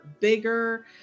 bigger